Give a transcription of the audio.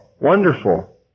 wonderful